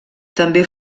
també